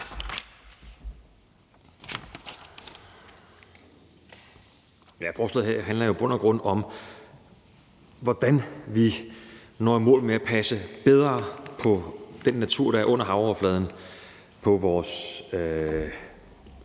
Forslaget her handler jo i bund og grund om, hvordan vi når i mål med at passe bedre på den natur, der er under havoverfladen – vores